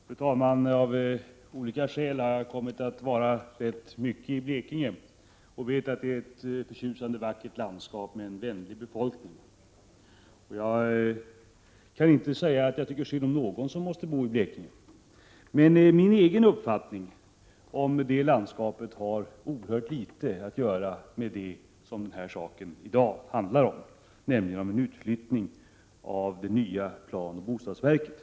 Fru talman! Jag har av olika skäl kommit att vara rätt mycket i Blekinge. Jag vet att det är ett förtjusande vackert landskap med vänlig befolkning. Jag kan inte säga att jag tycker synd om någon som måste bo i Blekinge. Min egen uppfattning om detta landskap har dock oerhört litet att göra med det som frågan i dag handlar om, nämligen en utflyttning av planoch bostadsverket.